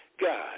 God